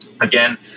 Again